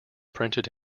printed